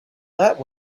that